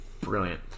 brilliant